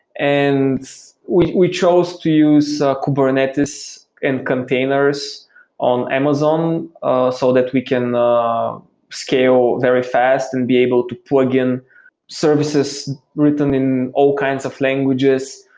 and we we chose to use kubernetes and containers on amazon so that we can scale very fast and be able to plugin services written in all kinds of languages,